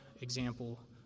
example